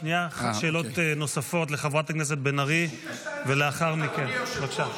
שאלות נוספות לחברת הכנסת בן ארי ולאחר מכן -- אדוני היושב-ראש,